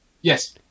Yes